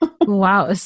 Wow